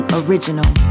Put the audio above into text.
original